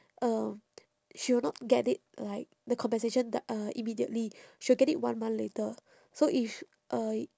um she will not get it like the compensation th~ uh immediately she will get it one month later so if uh